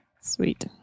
Sweet